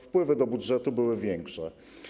Wpływy do budżetu były większe.